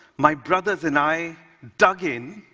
my brothers and i dug in,